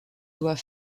doit